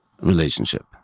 relationship